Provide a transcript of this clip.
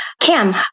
Cam